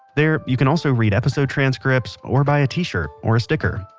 there you can also read episode transcripts or buy a t-shirt or a stickers.